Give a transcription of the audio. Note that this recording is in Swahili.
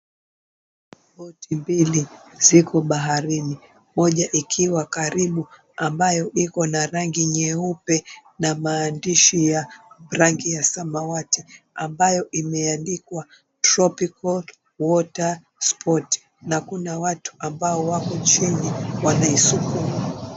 Boti mbili ziko baharini, moja ikiwa karibu ambayo iko na rangi nyeupe na maandishi ya rangi ya samawati ambayo imeandikwa tropical water sport na kuna watu ambao wako chini wanaisukuma.